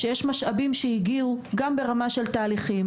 שיש משאבים ומשאבים בקצה שהגיעו ברמה של תהליכים